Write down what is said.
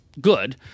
good